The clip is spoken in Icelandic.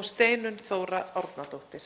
og Steinunn Þóra Árnadóttir.